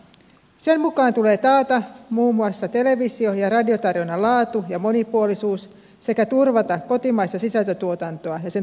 sen mukaan tulee taata muun muassa televisio ja radiotarjonnan laatu ja monipuolisuus sekä turvata kotimaista sisältötuotantoa ja sen toimintaedellytyksiä